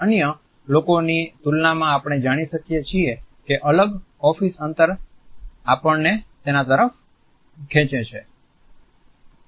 અન્ય લોકોની તુલનામાં આપણે જાણી શકીએ છીએ કે અલગ ઓફિસ અંતર આપણને તેના તરફ ખેંચે છે